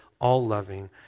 all-loving